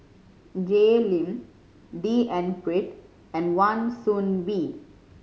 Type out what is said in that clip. Jay Lim D N Pritt and Wan Soon Bee